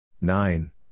Nine